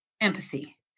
empathy